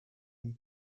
and